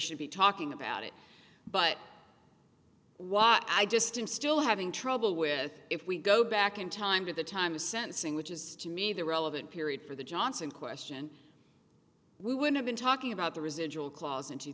should be talking about it but what i just i'm still having trouble with if we go back in time to the time of sentencing which is to me the relevant period for the johnson question we would have been talking about the residual clause in two